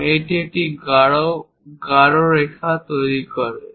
এবং এটি একটি গাঢ় এবং গাঢ় রেখা তৈরি করে